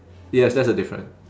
yes that's the different